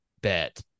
bet